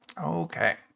Okay